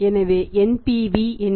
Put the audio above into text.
எனவே NPV என்ன